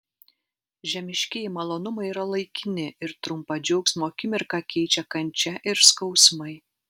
žemiškieji malonumai yra laikini ir trumpą džiaugsmo akimirką keičia kančia ir skausmai